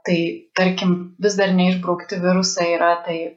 tai tarkim vis dar neišbraukti virusai yra tai